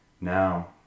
now